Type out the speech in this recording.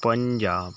Punjab